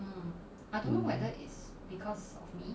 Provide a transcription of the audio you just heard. mmhmm